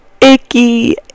icky